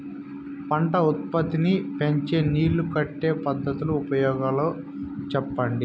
పంట ఉత్పత్తి నీ పెంచే నీళ్లు కట్టే పద్ధతుల ఉపయోగాలు చెప్పండి?